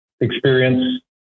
experience